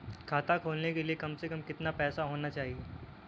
खाता खोलने के लिए कम से कम कितना पैसा होना चाहिए?